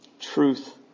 truth